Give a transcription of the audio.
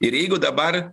ir jeigu dabar